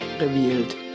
revealed